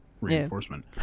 reinforcement